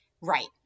Right